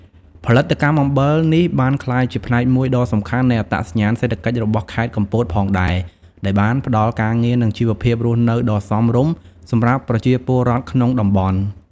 ផលិតកម្មអំបិលនេះបានក្លាយជាផ្នែកមួយដ៏សំខាន់នៃអត្តសញ្ញាណសេដ្ឋកិច្ចរបស់ខេត្តកំពតផងដែរ ដែលបានផ្តល់ការងារនិងជីវភាពរស់នៅដ៏សមរម្យសម្រាប់ប្រជាពលរដ្ឋក្នុងតំបន់។